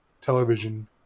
television